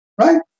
right